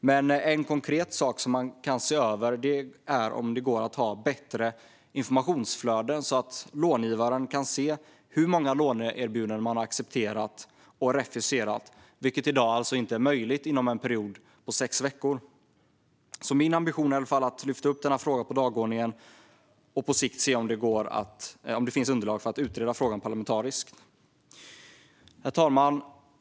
Men en konkret sak som man kan se över är om det går att ha bättre informationsflöden så att långivaren kan se hur många låneerbjudanden man har accepterat och refuserat, vilket i dag alltså inte är möjligt inom en period på sex veckor. Min ambition är i fall att lyfta upp denna fråga på dagordningen och på sikt se om det finns underlag för att utreda frågan parlamentariskt. Herr talman!